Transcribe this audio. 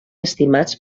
estimats